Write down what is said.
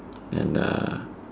and uh